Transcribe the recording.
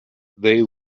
they